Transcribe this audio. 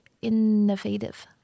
innovative